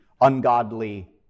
ungodly